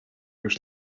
już